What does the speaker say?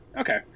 Okay